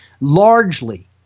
largely